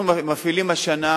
אנחנו מפעילים השנה